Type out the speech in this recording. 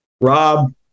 Rob